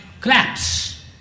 collapse